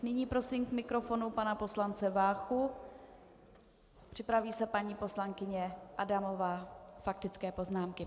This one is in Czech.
Nyní prosím k mikrofonu pana poslance Váchu, připraví se paní poslankyně Adamová, faktické poznámky.